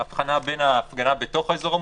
צריך הבחנה בין הפגנה בתוך האזור המוגבל,